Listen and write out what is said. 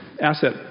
asset